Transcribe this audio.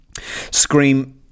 scream